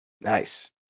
Nice